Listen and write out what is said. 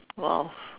!wow!